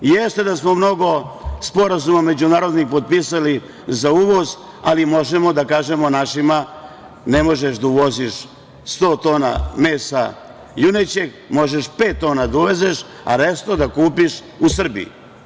Jeste da smo mnogo sporazuma međunarodnih potpisali za uvoz, ali možemo da kažemo našima - ne možeš da uvoziš 100 tona mesa junećeg, možeš 5 tona da uvezeš, a resto da kupiš u Srbiji.